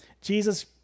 Jesus